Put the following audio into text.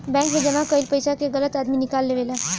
bank मे जमा कईल पइसा के गलत आदमी निकाल लेवेला